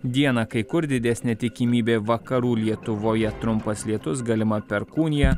dieną kai kur didesnė tikimybė vakarų lietuvoje trumpas lietus galima perkūnija